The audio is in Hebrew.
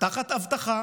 תחת אבטחה,